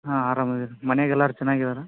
ಹಾಂ ಆರಾಮ ಇದೀನಿ ಮನೆಗೆ ಎಲ್ಲರೂ ಚೆನ್ನಾಗಿದಾರಾ